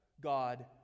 God